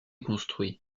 construits